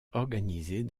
organisées